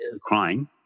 crying